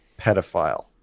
pedophile